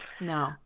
no